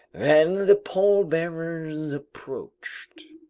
then the pallbearers approached.